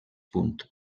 punt